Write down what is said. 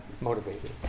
motivated